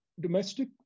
domestic